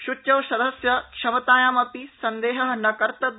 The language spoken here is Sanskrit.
सूच्यौषधस्य क्षमतायामपि संदेह न कर्तव्य